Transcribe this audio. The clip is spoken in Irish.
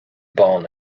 bán